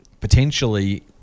potentially